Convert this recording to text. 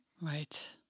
Right